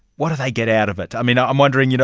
what do they get out of it? i'm and i'm wondering, you know